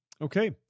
Okay